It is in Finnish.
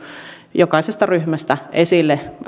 jokaisesta ryhmästä esille